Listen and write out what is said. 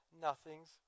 Nothing's